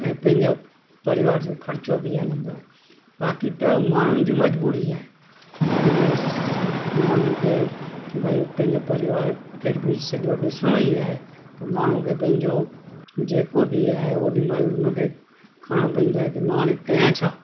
ऐं पंहिंजो परिवार जो ख़र्चो बि हलंदो आहे बाक़ी त माण्हुनि जी मजबूरी आहे पंहिंजे माण्हुनि खे भई पंहिंजो परिवार खे बि सॼो ॾिसणो ई आहे त माण्हुनि खे पंहिंजो जे को बि आहे ओॾी महिल हुनखे खणिणो पवंदो आहे कि मां हाणे कयां छा